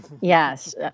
Yes